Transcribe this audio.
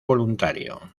voluntario